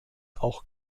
auch